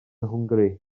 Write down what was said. hwngari